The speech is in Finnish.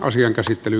asian käsittely